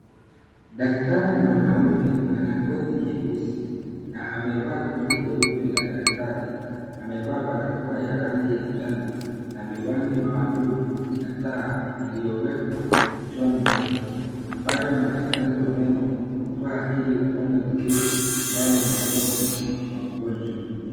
Daktari mwanaume ana ngozi neusi na amevaa koti jeupe la daktari na amevaa barakoa ya rangi ya njanona miwani maalum ya tao iliyowekwa kichwani mwake ambayo madakari wa meno huvaa ili kuona vizuri ndani ya mdomo wa mgonjwa.